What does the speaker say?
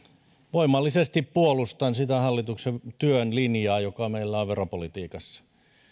voimallisesti puolustan sitä hallituksen työn linjaa joka meillä on veropolitiikassa